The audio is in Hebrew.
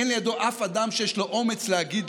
אין לידו אף אדם שיש לו אומץ להגיד